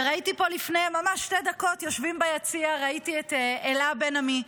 וראיתי פה ממש לפני שתי דקות את אלה בן עמי,